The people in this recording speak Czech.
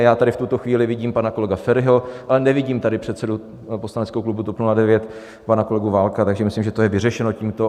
Já tady v tuto chvíli vidím pana kolegu Feriho, ale nevidím tady předsedu poslaneckého klubu TOP 09 pana kolegu Válka, takže myslím, že to je vyřešeno tímto.